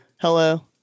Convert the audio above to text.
hello